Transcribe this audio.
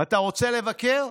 אתה רוצה לבקר?